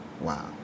Wow